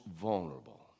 vulnerable